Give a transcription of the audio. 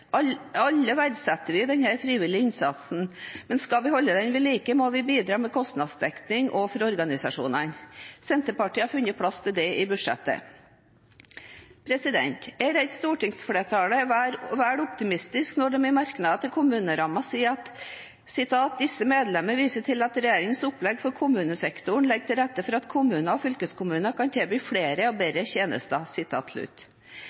Alle verdsetter vi den frivillige innsatsen, men skal vi holde den ved like, må vi bidra med kostnadsdekning for organisasjonene. Senterpartiet har funnet plass til det i budsjettet. Jeg er redd stortingsflertallet er vel optimistiske når de i sin merknad til kommunerammen sier: «Disse medlemmer viser til at regjeringens økonomiske opplegg for kommunesektoren legger til rette for at kommunene og fylkeskommunene kan tilby flere og bedre tjenester.»